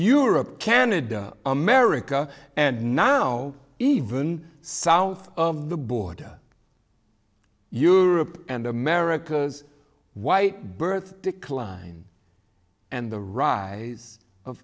europe canada america and now even south of the border europe and america's white birth decline and the rise of